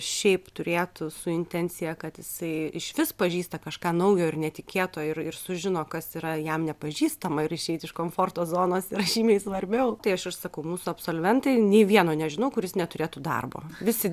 šiaip turėtų su intencija kad jisai išvis pažįsta kažką naujo ir netikėto ir ir sužino kas yra jam nepažįstama ir išeit iš komforto zonos yra žymiai svarbiau tai aš ir sakau mūsų absolventai nei vieno nežinau kuris neturėtų darbo visi